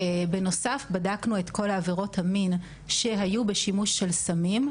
בנוסף בדקנו את כל עבירות המין שהיו בשימוש של סמים.